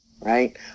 right